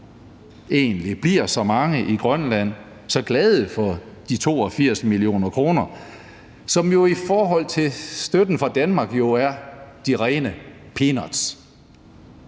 hvorfor bliver så mange i Grønland egentlig så glade for de 82 mio. kr., som i forhold til støtten fra Danmark jo er de rene peanuts?